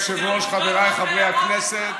אדוני היושב-ראש, חבריי חברי הכנסת,